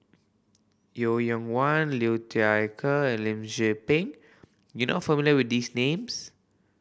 Yeo Wang Liu Thai Ker and Lim Tze Peng you not familiar with these names